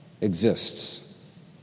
exists